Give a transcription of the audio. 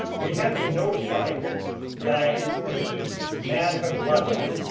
we have been notified by team madhav rajan